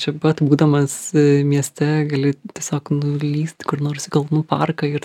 čia pat būdamas mieste gali tiesiog nulyst kur nors į kalnų parką ir